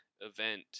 event